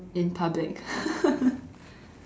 in public